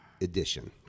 edition